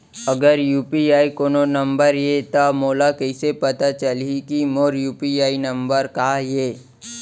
अगर यू.पी.आई कोनो नंबर ये त मोला कइसे पता चलही कि मोर यू.पी.आई नंबर का ये?